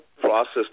process